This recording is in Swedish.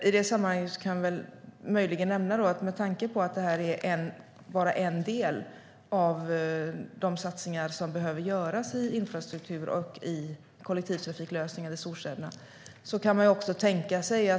I det sammanhanget kan jag nämna att detta bara är en del av de satsningar som behöver göras i infrastruktur och i kollektivtrafiklösningar i storstäderna.